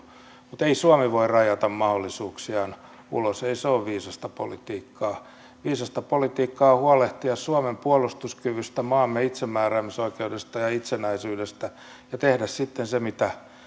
mutta ei suomi voi rajata mahdollisuuksiaan ulos ei se ole viisasta politiikkaa viisasta politiikkaa on huolehtia suomen puolustuskyvystä maamme itsemääräämisoikeudesta ja itsenäisyydestä ja tehdä sitten se mitä